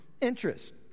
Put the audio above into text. interest